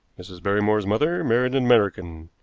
mrs. barrymore's mother married an american.